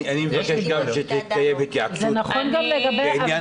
אני מבקש גם שתתקיים התייעצות בעניין